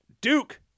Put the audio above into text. Duke